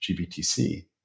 GBTC